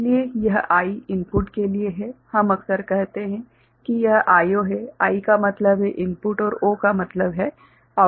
इसलिए यह I input के लिए है हम अक्सर कहते हैं कि यह IO है I का मतलब है इनपुट और O का मतलब है आउटपुट ठीक है